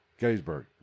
Gettysburg